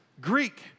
Greek